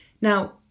Now